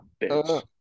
bitch